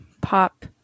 pop